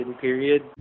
period